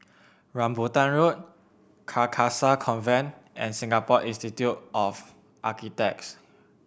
Rambutan Road Carcasa Convent and Singapore Institute of Architects